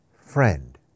friend